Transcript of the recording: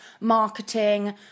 marketing